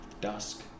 dusk